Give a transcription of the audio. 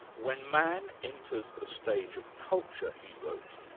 when man enters the stage of culture, he wrote,